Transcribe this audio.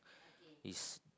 is